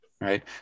right